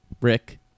Rick